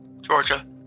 Georgia